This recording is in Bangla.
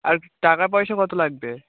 আর টাকাপয়সা কত লাগবে